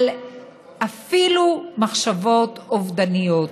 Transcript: אפילו על מחשבות אובדניות.